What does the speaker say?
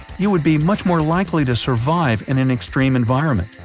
you would be much more likely to survive in an extreme environment.